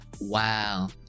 wow